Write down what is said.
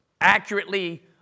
accurately